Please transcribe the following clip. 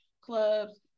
clubs